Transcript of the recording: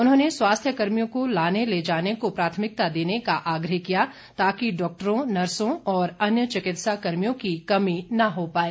उन्होंने स्वास्थ्य कर्मियों को लाने ले जाने को प्राथमिकता देने का आग्रह किया ताकि डॉक्टरों नर्सों और अन्य चिकित्सा कर्मियों की कमी न होने पाए